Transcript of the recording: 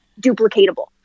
duplicatable